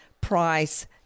price